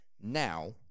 Now